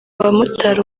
bamotari